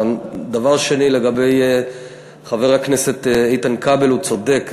דבר שני, לגבי חבר הכנסת איתן כבל, הוא צודק.